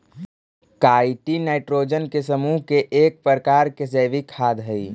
chitin nitrogen के समूह के एक प्रकार के जैविक खाद हई